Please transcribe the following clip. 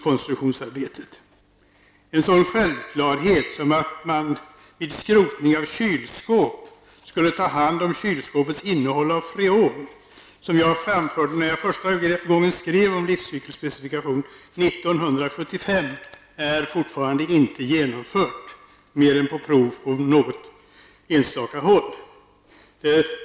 En sådan självklarhet som att man vid skrotning av kylskåp skulle ta hand om kylskåpets innehåll av freon, vilket jag framförde när jag första gången skrev om livscykelspecifikationen år 1975, är fortfarande inte genomförd mer än på prov på något enstaka håll.